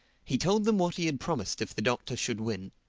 he told them what he had promised if the doctor should win.